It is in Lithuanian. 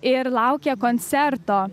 ir laukia koncerto